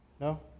No